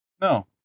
No